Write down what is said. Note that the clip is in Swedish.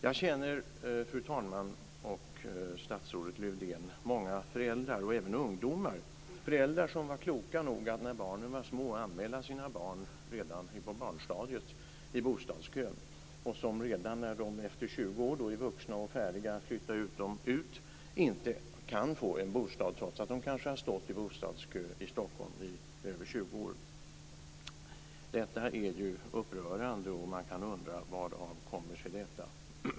Jag känner, fru talman och statsrådet Lövdén, många föräldrar och även ungdomar, föräldrar som var kloka nog att anmäla sina barn redan när de var i barnstadiet till bostadskön. När barnen har blivit vuxna och är redo att flytta hemifrån kan de inte få en bostad, trots att de stått i bostadskö i Stockholm i över 20 år. Detta är ju upprörande och man kan undra: Varav kommer sig detta?